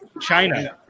China